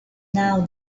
now